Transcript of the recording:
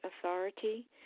authority